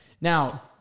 Now